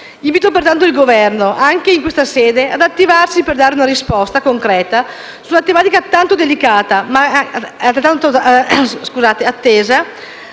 Invito pertanto il Governo, anche in questa sede, ad attivarsi per dare una risposta concreta su una tematica tanto delicata